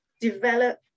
develop